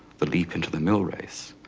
the leap into the millrace.